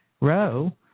row